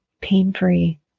pain-free